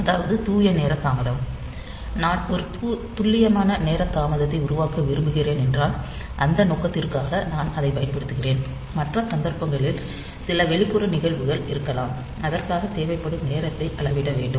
அதாவது தூய நேர தாமதம் நான் ஒரு துல்லியமான நேர தாமதத்தை உருவாக்க விரும்புகிறேன் என்றால் அந்த நோக்கத்திற்காக நான் அதைப் பயன்படுத்துகிறேன் மற்ற சந்தர்ப்பங்களில் சில வெளிப்புற நிகழ்வுகள் இருக்கலாம் அதற்காக தேவைப்படும் நேரத்தை அளவிட வேண்டும்